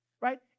right